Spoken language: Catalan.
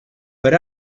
per